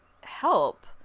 help